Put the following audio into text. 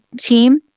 team